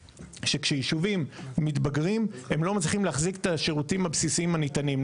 שכשישובים מתבגרים הם לא מצליחים להחזיק את השירותים הבסיסיים הניתנים.